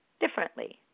differently